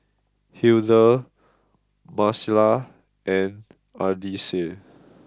Hildur Marcela and Ardyce